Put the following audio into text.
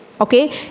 Okay